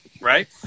right